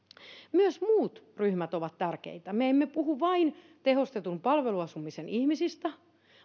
myös muut ryhmät ovat tärkeitä me emme puhu vain tehostetun palveluasumisen ihmisistä